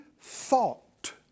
thought